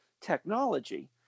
technology